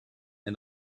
and